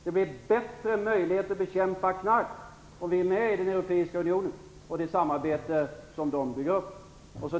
Det blir bättre möjligheter att bekämpa knarket om vi är med i Europeiska unionen och det samarbete som den bygger upp.